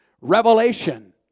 revelation